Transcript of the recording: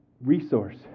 resource